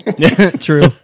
True